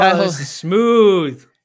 smooth